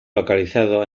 localizado